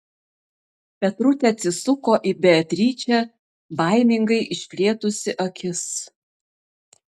petrutė atsisuko į beatričę baimingai išplėtusi akis